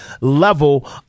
level